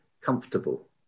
comfortable